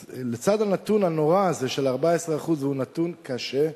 אז לצד הנתון הנורא הזה, של 14% והוא נתון קשה,